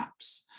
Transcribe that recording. apps